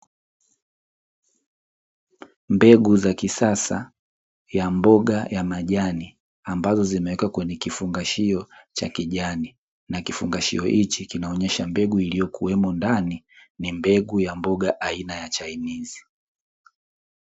Mbegu za kisasa ya mboga ya majani ambazo zimewekwa kwenye kifungashio cha kijani, na kifungashio hichi kina onyesha mbegu ilyo kuwemo ndani ni mbegu ya mboga aina ya chainizi.